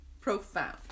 profound